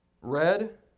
Red